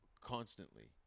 constantly